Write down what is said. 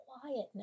quietness